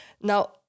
Now